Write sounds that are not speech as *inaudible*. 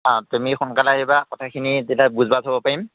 অঁ তুমি সোনকালে আহিবা কথাখিনি তেতিয়া *unintelligible* থ'ব পাৰিম